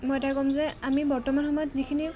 মই এটা ক'ম যে আমি বৰ্তমান সময়ত যিখিনি